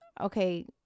okay